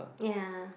yeah